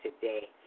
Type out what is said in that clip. today